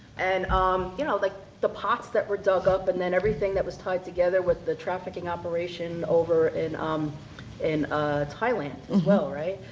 and um you know like the pots that were dug up and then everything that was tied together with the trafficking operation over in um and ah thailand as well, right?